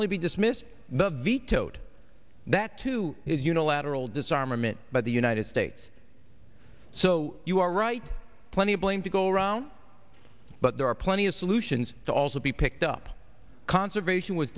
only be dismissed the vetoed that too is unilateral disarmament by the united states so you are right plenty of blame to go around but there are plenty of solutions to also be picked up conservation was